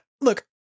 look